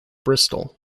bristol